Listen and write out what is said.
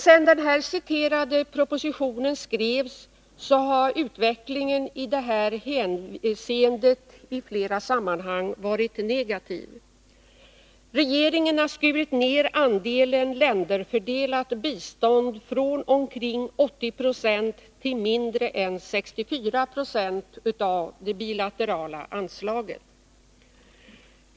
Sedan den citerade propositionen skrevs har utvecklingen i detta hänseende varit negativ. Regeringen har skurit ned andelen länderfördelat bistånd från omkring 80 76 till mindre än 64 2 av det bilaterala anslaget.